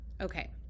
okay